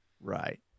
Right